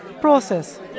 process